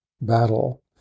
battle